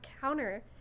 counter